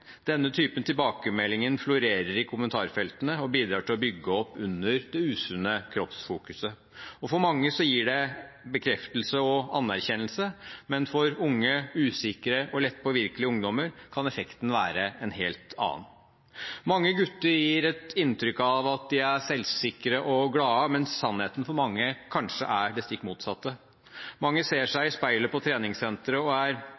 denne typen tilbakemeldinger florerer i kommentarfeltene og bidrar til å bygge opp under det usunne kroppsfokuset. For mange gir det bekreftelse og anerkjennelse, men for unge, usikre og lett påvirkelige ungdommer kan effekten være en helt annen. Mange gutter gir et inntrykk av at de er selvsikre og glade, mens sannheten kanskje er det stikk motsatte. Mange ser seg i speilet på treningssenteret og er